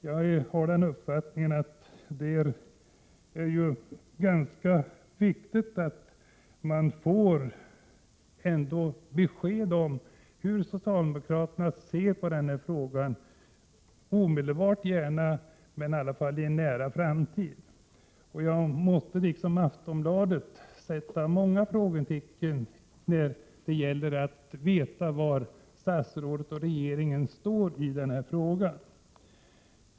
Jag har den uppfattningen att det är ganska viktigt att man får besked om hur socialdemokraterna ser på den frågan — gärna omedelbart, men i alla fall i en nära framtid. Jag måste liksom Aftonbladet sätta många frågetecken för var statsrådet och regeringen står i denna fråga.